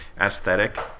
aesthetic